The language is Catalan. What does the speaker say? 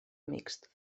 mixt